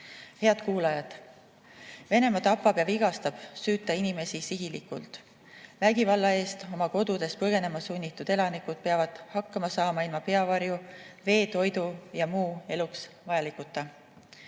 Head kuulajad! Venemaa tapab ja vigastab süüta inimesi sihilikult. Vägivalla eest oma kodudest põgenema sunnitud elanikud peavad hakkama saama ilma peavarju, vee, toidu ja muu eluks vajalikuta.